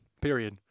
period